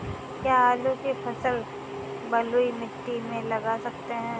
क्या आलू की फसल बलुई मिट्टी में लगा सकते हैं?